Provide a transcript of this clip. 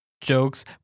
jokes